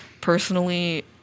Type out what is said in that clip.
personally